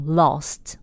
lost